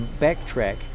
backtrack